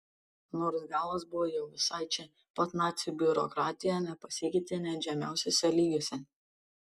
nors galas buvo jau visai čia pat nacių biurokratija nepasikeitė net žemiausiuose lygiuose